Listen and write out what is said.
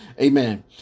Amen